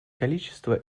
количество